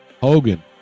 Hogan